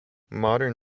modern